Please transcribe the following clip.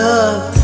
Love